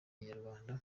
inyarwanda